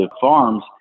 farms